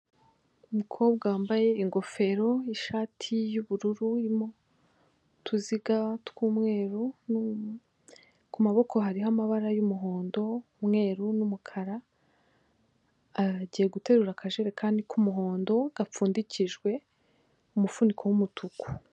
Umukobwa wambaye ingofero n'ishati y'ubururu, utuziga tw'umweru ku maboko hariho amabara y'umuhondo umweru n'umukara agiye guterura akajerekani k'umuhondo gapfundikijwe umufuniko w'umutuku.